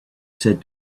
said